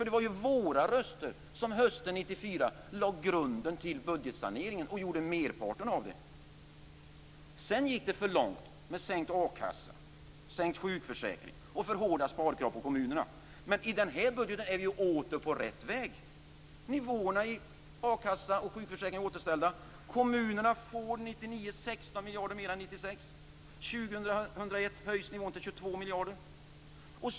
Det var ju våra röster som hösten 1994 lade grunden till budgetsaneringen och gjorde merparten av denna. Sedan gick det för långt med sänkt a-kassa, sänkt sjukförsäkring och för hårda sparkrav på kommunerna. Men i den här budgeten är vi åter på rätt väg. Nivåerna i a-kassa och sjukförsäkring är återställda. Kommunerna får 1999 16 miljarder kronor mer än 1996. 2001 höjs nivån till 22 miljarder.